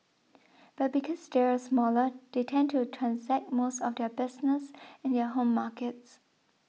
but because they are smaller they tend to transact most of their business in their home markets